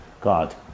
God